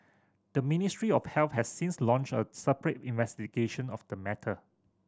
the Ministry of Health has since launched a separate investigation of the matter